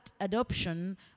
adoption